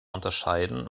unterscheiden